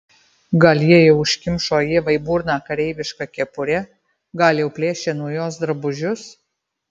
gal jie jau užkimšo ievai burną kareiviška kepure gal jau plėšia nuo jos drabužius